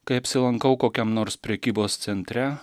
kai apsilankau kokiam nors prekybos centre